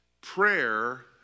Prayer